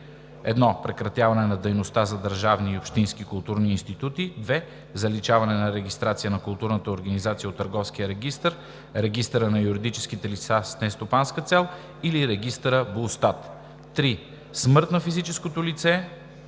1. прекратяване на дейността – за държавни и общински културни институти; 2. заличаване на регистрацията на културната организация от търговския регистър, регистъра на юридическите лица с нестопанска цел или регистър БУЛСТАТ; 3. смърт на физическото лице